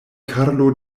karlo